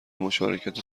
مشارکت